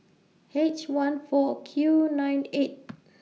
H one four Q nine eight